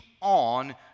on